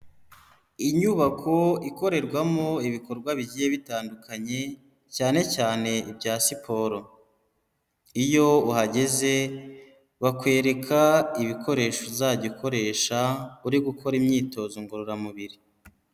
Inyubako ikorerwamo ibikorwa bigiye bitandukanye, cyane cyane ibya siporo, iyo uhageze bakwereka ibikoresho uzajya ukoresha, uri gukora imyitozo ngororamubiri.